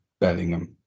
bellingham